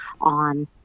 on